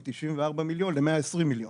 מ-94,000,000 ל-120,000,000.